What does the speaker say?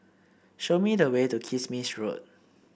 show me the way to Kismis Road